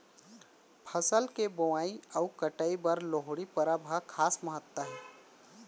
फसल के बोवई अउ कटई बर लोहड़ी परब ह खास महत्ता हे